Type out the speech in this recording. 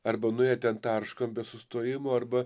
arba nu jie ten tarška be sustojimo arba